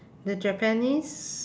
the japanese